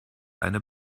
eine